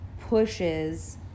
pushes